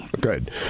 Good